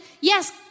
yes